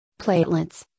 Platelets